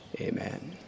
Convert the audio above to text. amen